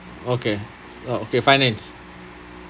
okay oh okay finance